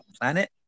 planet